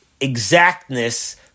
exactness